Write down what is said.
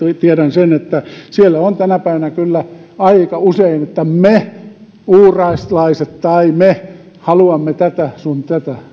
tiedän sen että siellä on tänä päivänä kyllä aika usein niin että me uuraislaiset tai me haluamme sitä sun tätä